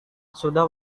sudah